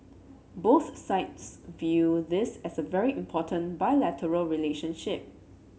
both sides view this as a very important bilateral relationship